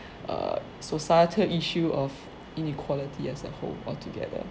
err societal issue of inequality as a whole altogether